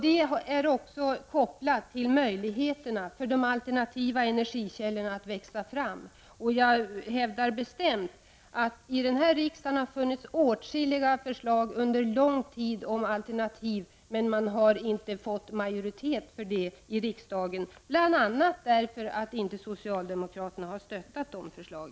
Detta är också kopplat till möjligheterna för de alternativa energikällorna att växa fram. Jag hävdar bestämt att det under lång tid har framlagts åtskilliga förslag i denna kam mare om alternativ, men man har inte fått majoritet för dem, bl.a. därför att inte socialdemokraterna har ställt sig bakom dessa förslag.